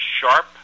sharp